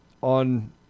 on